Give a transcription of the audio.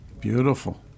Beautiful